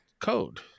code